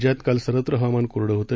राज्यात काल सर्वत्र हवामान कोरडं होतं